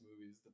movies